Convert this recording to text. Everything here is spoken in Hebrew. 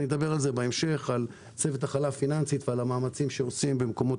אדבר בהמשך על צוות הכלה פיננסית ועל המאמצים שעושים במקומות